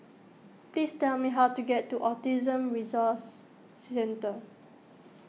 please tell me how to get to Autism Resource Centre